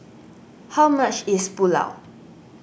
how much is Pulao